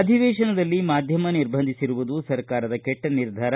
ಅಧಿವೇಶನದಲ್ಲಿ ಮಾಧ್ಯಮ ನಿರ್ಬಂಧಿಸಿರುವುದು ಸರ್ಕಾರದ ಕೆಟ್ಟ ನಿರ್ಧಾರ